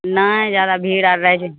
नहि जादा भीड़ आर रहय छै